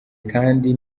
kandi